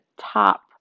top